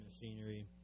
machinery –